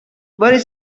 were